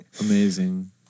amazing